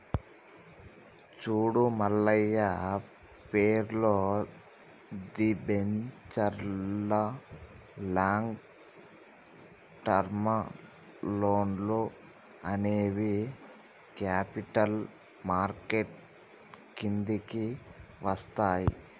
చూడు మల్లయ్య పేర్లు, దిబెంచర్లు లాంగ్ టర్మ్ లోన్లు అనేవి క్యాపిటల్ మార్కెట్ కిందికి వస్తాయి